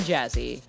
Jazzy